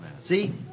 See